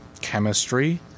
chemistry